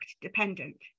dependent